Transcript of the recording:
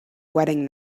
wedding